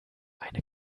eine